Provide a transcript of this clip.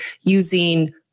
using